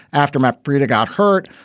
aftermath. brady got hurt.